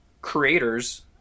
creators